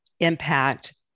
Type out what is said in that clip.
impact